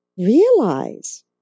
realize